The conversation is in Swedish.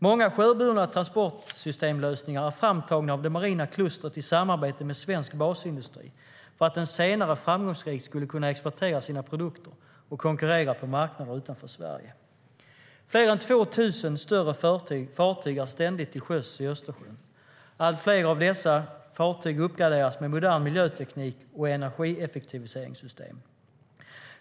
Många sjöburna transportsystemlösningar är framtagna av det marina klustret i samarbete med svensk basindustri för att den senare framgångsrikt skulle kunna exportera sina produkter och konkurrera på marknader utanför Sverige.Fler än 2 000 större fartyg är ständigt till sjöss i Östersjön. Allt fler av dessa fartyg uppgraderas med modern miljöteknik och energieffektiviseringssystem.